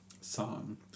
song